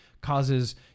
causes